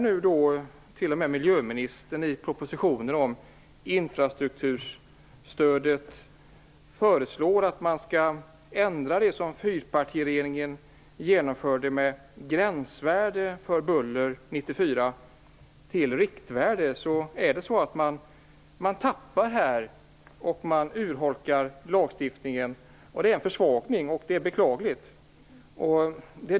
Nu föreslår miljöministern i propositionen om infrastrukturstödet att man skall ändra det gränsvärde för buller som fyrpartiregeringen genomförde 1994 till riktvärde. Men här urholkar man lagstiftningen, och det är en försvagning. Det är beklagligt.